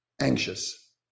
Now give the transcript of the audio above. anxious